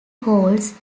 holds